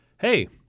hey